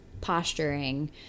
posturing